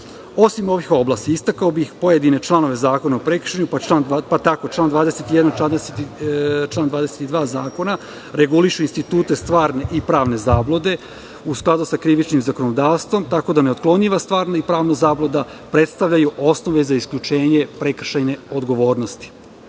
ovih oblasti, istakao bih pojedine članove Zakona o prekršajima, pa tako član 22. Zakona reguliše institute stvarne i pravne zablude u skladu sa krivičnim zakonodavstvom, tako da neotklonjiva stvarna i pravna zabluda predstavljaju osnove za isključenje prekršajne odgovornosti. Članom